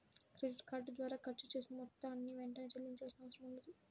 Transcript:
credit card ద్వారా ఖర్చు చేసిన మొత్తాన్ని వెంటనే చెల్లించాల్సిన అవసరం ఉండదు